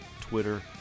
Twitter